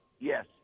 Yes